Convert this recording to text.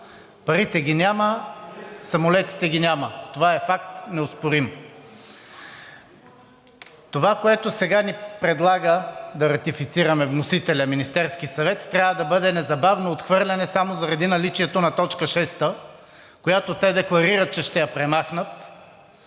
Парите ги няма, самолетите ги няма – това е факт неоспорим. Това, което сега ни предлага да ратифицираме вносителят – Министерският съвет, трябва да бъде незабавно отхвърляне само заради наличието на точка шеста, която те декларират, че ще я премахнат,